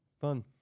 Fun